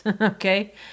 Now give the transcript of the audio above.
okay